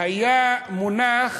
והיה מונח